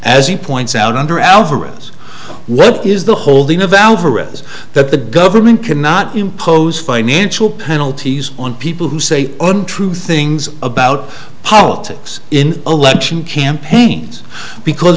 as he points out under alvarez what is the holding a valve or is that the government cannot impose financial penalties on people who say untrue things about politics in election campaigns because